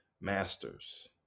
masters